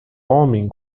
homem